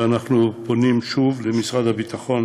ואנחנו פונים שוב למשרד הביטחון